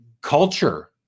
culture